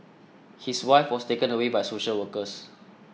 his wife was taken away by social workers